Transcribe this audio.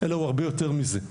אלא הוא הרבה יותר מזה.